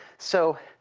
so,